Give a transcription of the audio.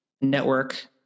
network